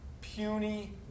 puny